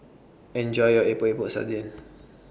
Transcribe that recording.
Enjoy your Epok Epok Sardin